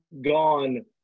gone